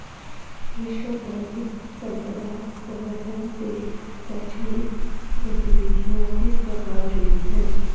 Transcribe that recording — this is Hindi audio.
विश्व बौद्धिक संपदा संगठन से शैक्षणिक गतिविधियां किस प्रकार जुड़ी हैं?